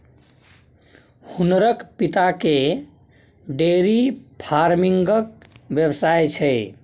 हुनकर पिताकेँ डेयरी फार्मिंगक व्यवसाय छै